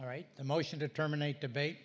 all right a motion to terminate debate